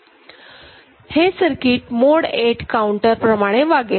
हे circuit mode 8 counter प्रमाणे वागेल